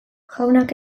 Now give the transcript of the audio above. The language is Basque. jaunak